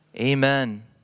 Amen